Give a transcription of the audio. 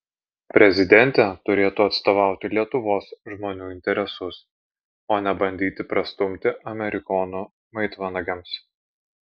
prezidentė turėtų atstovauti lietuvos žmonių interesus o ne bandyti prastumti amerikonų maitvanagiams